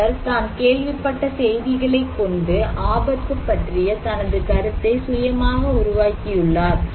அவர் தான் கேள்விப்பட்ட செய்திகளை கொண்டு ஆபத்து பற்றிய தனது கருத்தை சுயமாக உருவாக்கியுள்ளார்